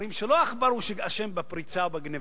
אומרים שלא העכבר הוא שאשם בפריצה או בגנבה.